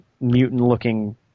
mutant-looking